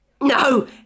No